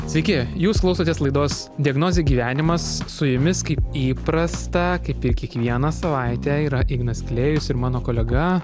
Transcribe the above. sveiki jūs klausotės laidos diagnozė gyvenimas su jumis kai įprasta kaip ir kiekvieną savaitę yra ignas klėjus ir mano kolega